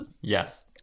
Yes